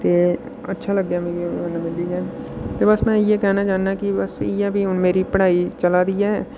ते अच्छा लग्गेआ मिगी ओह्दे नै मिलियै ते बस में इ'यै आखना चाह्न्नां कि बस इ'यै भी हुन मेरी पढ़ाई चलै दी ऐ